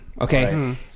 okay